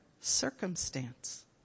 circumstance